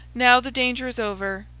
now the danger is over,